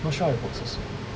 not sure how it works also